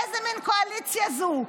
איזו מין קואליציה זו,